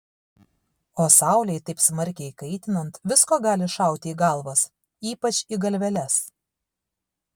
o saulei taip smarkiai kaitinant visko gali šauti į galvas ypač į galveles